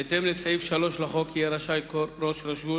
בהתאם לסעיף 3 לחוק יהיה רשאי ראש הרשות